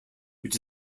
which